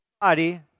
body